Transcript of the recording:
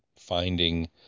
finding